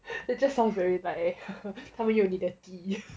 it just sounds very like 他们有你的底